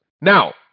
Now